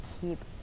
keep